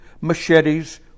machetes